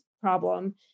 problem